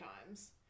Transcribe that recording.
times